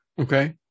okay